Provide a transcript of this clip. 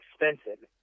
expensive